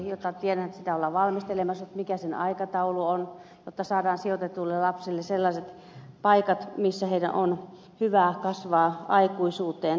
tiedän että sitä ollaan valmistelemassa mutta mikä sen aikataulu on jotta saadaan sijoitetuille lapsille sellaiset paikat missä heidän on hyvä kasvaa aikuisuuteen